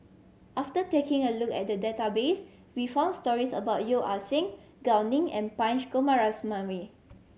after taking a look at the database we found stories about Yeo Ah Seng Gao Ning and Punch Coomaraswamy